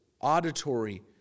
auditory